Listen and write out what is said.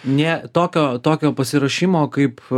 nė tokio tokio pasiruošimo kaip